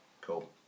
cool